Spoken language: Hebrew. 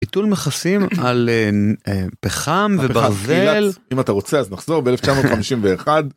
ביטול מכסים על פחם וברזל. אם אתה רוצה אז נחזור ב-1951.